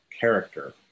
character